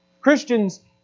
Christians